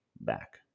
back